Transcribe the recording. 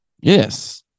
Yes